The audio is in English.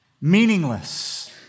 meaningless